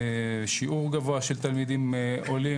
שיעור גבוה של תלמידים עולים,